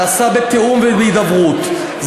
נעשה בתיאום ובהידברות,